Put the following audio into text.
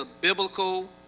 biblical